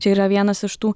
čia yra vienas iš tų